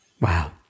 Wow